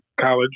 college